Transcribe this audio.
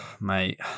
Mate